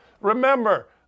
remember